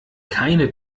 keine